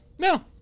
No